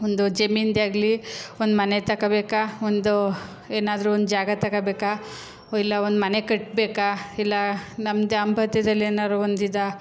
ಒಂದು ಜಮೀನದ್ದೆ ಆಗಲಿ ಒಂದು ಮನೆ ತಗೊಳ್ಬೇಕಾ ಒಂದು ಏನಾದ್ರೂ ಒಂದು ಜಾಗ ತಗೊಳ್ಬೇಕಾ ಇಲ್ಲ ಒಂದು ಮನೆ ಕಟ್ಟಬೇಕಾ ಇಲ್ಲ ನಮ್ಮ ದಾಂಪತ್ಯದಲ್ಲಿ ಏನಾದ್ರೂ ಒಂದು ಇದು